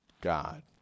God